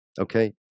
okay